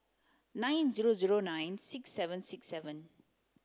nine zero zero nine six seven six seven